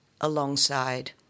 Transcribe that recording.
alongside